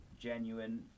genuine